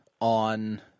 on